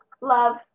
love